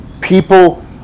people